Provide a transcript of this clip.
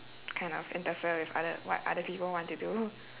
kind of interfere with other what other people want to do